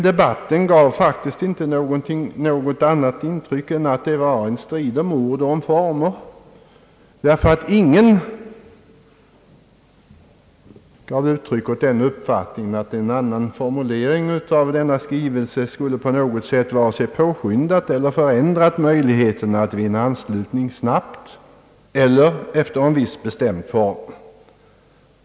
Debatten gav dock inte något annat intryck än att det var en strid om ord och om former. Ingen gav uttryck åt den uppfattningen att en annan formulering av denna skrivelse skulle på något sätt vare sig ha påskyndat eller förändrat möjligheten att vinna en anslutning snabbt eller efter en viss bestämd form.